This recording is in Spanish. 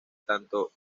tanto